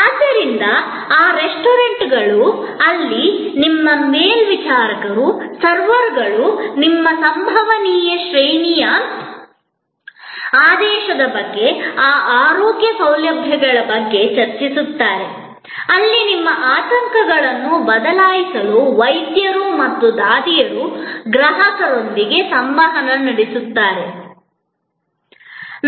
ಆದ್ದರಿಂದ ಆ ರೆಸ್ಟೋರೆಂಟ್ಗಳು ಅಲ್ಲಿ ನಿಮ್ಮ ಮೇಲ್ವಿಚಾರಕರು ಸರ್ವರ್ಗಳು ನಿಮ್ಮ ಸಂಭವನೀಯ ಶ್ರೇಣಿಯ ಆದೇಶದ ಬಗ್ಗೆ ಆ ಆರೋಗ್ಯ ಸೌಲಭ್ಯಗಳ ಬಗ್ಗೆ ಚರ್ಚಿಸುತ್ತಾರೆ ಅಲ್ಲಿ ನಿಮ್ಮ ಆತಂಕಗಳನ್ನು ಬದಲಾಯಿಸಲು ವೈದ್ಯರು ಮತ್ತು ದಾದಿಯರು ಗ್ರಾಹಕರೊಂದಿಗೆ ಸಂವಹನ ನಡೆಸುತ್ತಾರೆ